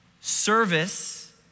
service